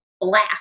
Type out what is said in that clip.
black